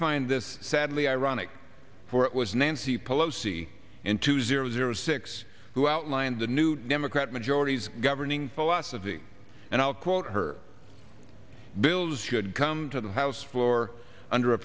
find this sadly ironic for it was nancy pelosi in two zero zero six who outlined the new democrat majority governing philosophy and i'll quote her bills should come to the house floor under a